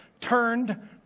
turned